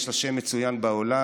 יש לה שם מצוין בעולם,